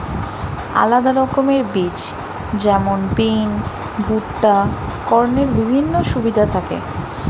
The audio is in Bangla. আলাদা রকমের বীজ যেমন বিন, ভুট্টা, কর্নের বিভিন্ন সুবিধা থাকি